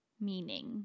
meaning